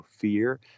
fear